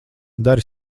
dari